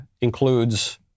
includes